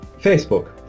Facebook